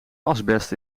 asbest